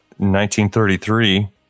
1933